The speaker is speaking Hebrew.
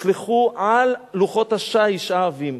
הושלכו על לוחות השיש העבים.